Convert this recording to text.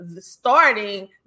starting